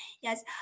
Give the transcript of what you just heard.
Yes